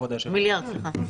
כבוד היושב-ראש.